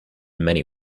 many